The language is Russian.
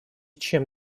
чем